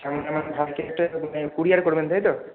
আপনি আপনার ভাইকে একটা কুরিয়ার করবেন তাই তো